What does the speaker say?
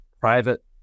private